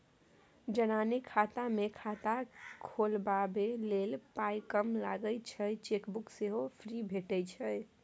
जनानी खाता मे खाता खोलबाबै लेल पाइ कम लगै छै चेकबुक सेहो फ्री भेटय छै